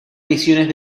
misiones